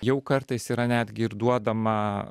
jau kartais yra netgi ir duodama